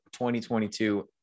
2022